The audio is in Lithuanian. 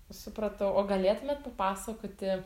supratau o galėtumėt papasakoti